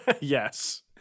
Yes